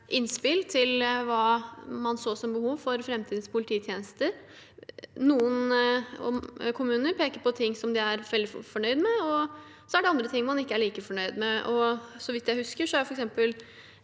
innspill til hva man så som behov for framtidens polititjenester. Noen kommuner peker på ting som de er veldig fornøyde med, og så er det andre ting man ikke er like fornøyd med. Så vidt jeg husker, opplevde